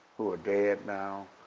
who are dead now.